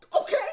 Okay